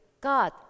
God